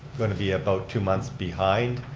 going to be about two months behind.